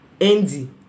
andy